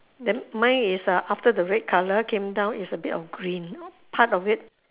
then mine is err after the red colour came down is a bit of green part of it